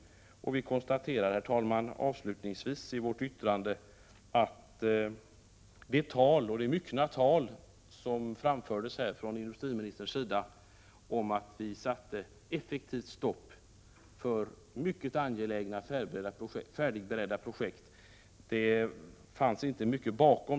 Avslutningsvis konstaterar vi i vårt yttrande att det inte finns mycket bakom det myckna tal som framfördes av industriministern om att vi effektivt satte stopp för angelägna färdigberedda projekt.